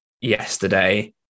yesterday